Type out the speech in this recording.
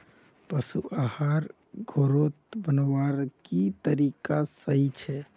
पशु आहार घोरोत बनवार की तरीका सही छे?